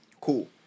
cool